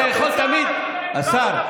תגיד לנו אם תפנה את ח'אן אל-אחמר.